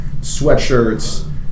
sweatshirts